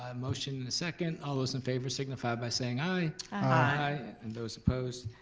um motion and a second, all those in favor signify by saying aye. aye. and those opposed,